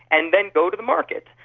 and then go to the market.